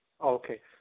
Okay